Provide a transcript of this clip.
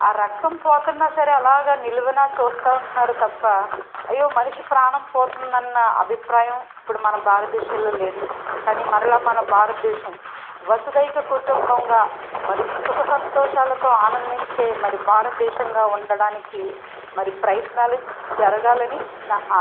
ఆ రక్తం పోతున్నా సరే అది అలాగ నిలువునా చూస్తా ఉంటున్నారు తప్ప అయ్యో మనిషి ప్రాణం పోతుందన్న అభిప్రాయం ఇప్పుడు మన భారత దేశంలో లేదు కానీ మరలా మన భారత దేశం వసుదైక కుటుంబంగా మరి సుఖసంతోషాలతో ఆనందించే మరి భారతదేశంగా ఉండడానికి మరి ప్రయాత్నాలు జరగాలని నా